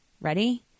ready